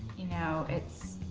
you know it's